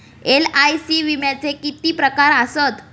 LIC विम्याचे किती प्रकार आसत?